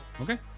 Okay